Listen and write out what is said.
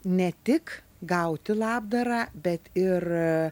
ne tik gauti labdarą bet ir